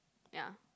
ya